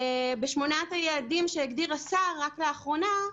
בשמונת היעדים שהגדיר השר רק לאחרונה,